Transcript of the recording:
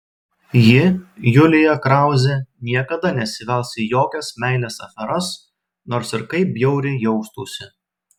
ji julija krauzė niekada nesivels į jokias meilės aferas nors ir kaip bjauriai jaustųsi